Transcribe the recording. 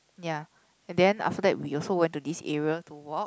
ya and then after that we also went to this area to walk